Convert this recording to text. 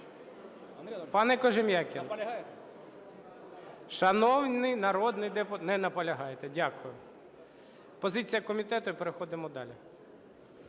Пане Кожем'якін… Шановний народний… Не наполягаєте. Дякую. Позиція комітету і переходимо далі.